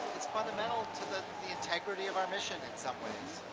it's fundamental to the the integrity of our mission in some ways.